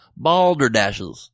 balderdashes